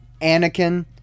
Anakin